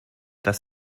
dass